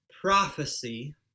prophecy